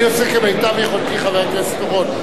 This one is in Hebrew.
אני עושה כמטב יכולתי, חבר הכנסת אורון.